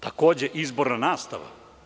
Takođe, izborna nastava.